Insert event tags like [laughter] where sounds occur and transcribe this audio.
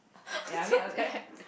[laughs] so bad